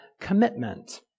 commitment